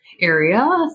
area